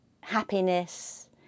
happiness